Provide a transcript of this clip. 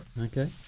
Okay